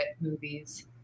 movies